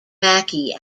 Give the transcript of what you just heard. mackey